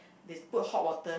they put hot water